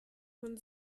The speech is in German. von